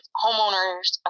homeowners